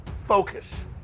Focus